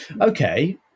okay